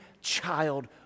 child